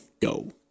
go